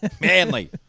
Manly